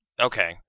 Okay